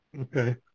Okay